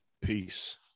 Peace